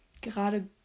gerade